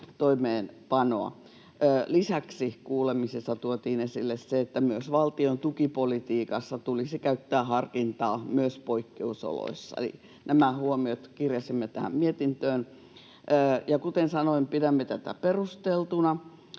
Lisäksi kuulemisissa tuotiin esille se, että myös valtion tukipolitiikassa tulisi käyttää harkintaa myös poikkeusoloissa. Eli nämä huomiot kirjasimme tähän mietintöön. Kuten sanoin, pidämme tätä perusteltuna,